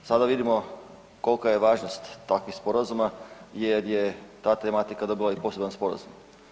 Sada vidimo kolika je važnost takvih sporazuma jer je ta tematika dobila i poseban sporazum.